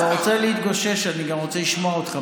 אתה רוצה להתגושש, אני גם רוצה לשמוע אותך.